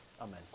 Amen